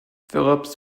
phillips